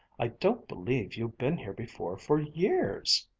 i don't believe you've been here before for years!